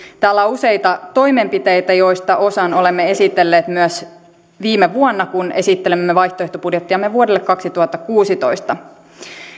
täällä on useita toimenpiteitä joista osan olemme esitelleet myös viime vuonna kun esittelimme vaihtoehtobudjettiamme vuodelle kaksituhattakuusitoista